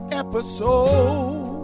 episode